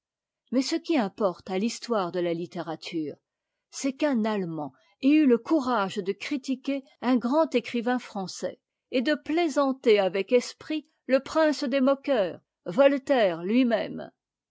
mais ce qui importe à l'histoire de la littérature c'est qu'un allemand ait eu le courage de critiquer un grand écrivain français et de plaisanter avec esprit le prince des moqueurs voltaire tui même